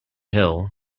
hill